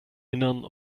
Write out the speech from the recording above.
innern